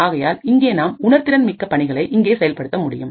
ஆகையால் இங்கே நாம் உணர்திறன் மிக்க பணிகளை இங்கே செயல்படுத்த முடியும்